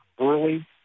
early